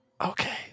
Okay